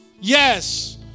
Yes